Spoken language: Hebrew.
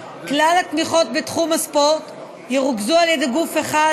כלל התמיכות בתחום הספורט ירוכזו על ידי גוף אחד,